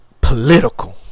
political